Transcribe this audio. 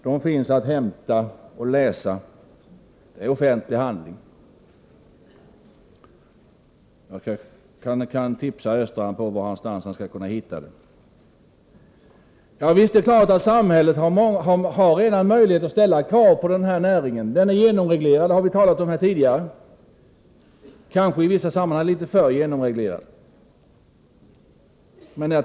De finns att hämta och läsa — det är fråga om offentliga handlingar. Jag kan tipsa Olle Östrand om var han kan hitta dessa handlingar. Det är klart att samhället redan har möjlighet att ställa krav på den här näringen — den är genomreglerad, det har vi talat om här tidigare. I vissa avseenden är den kanske litet för genomreglerad.